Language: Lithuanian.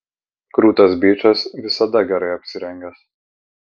krūtas bičas visada gerai apsirengęs